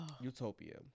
Utopia